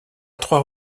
trois